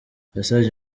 yasabye